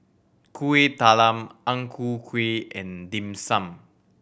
Kuih Talam Ang Ku Kueh and Dim Sum